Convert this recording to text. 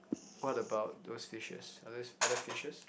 what about those fishes are those are there fishes